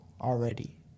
already